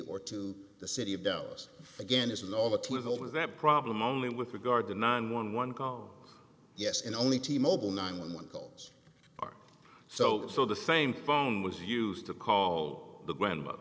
or to the city of dallas again isn't all the twins over that problem only with regard to nine one one call yes and only t mobile nine one one calls are so so the same phone was used to call the grandmother